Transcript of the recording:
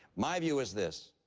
my view is this,